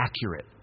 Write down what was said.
accurate